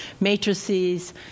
matrices